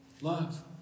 love